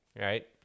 Right